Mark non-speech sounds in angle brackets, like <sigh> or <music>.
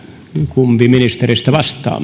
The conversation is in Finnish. kumpi ministereistä vastaa <unintelligible>